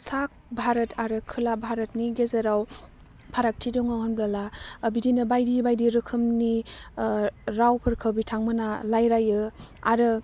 सा भारत आरो खोला भारतनि गेजेराव फारागथि दङ होनबोला बिदिनो बायदि बायदि रोखोमनि रावफोरखौ बिथांमोना रायलायो आरो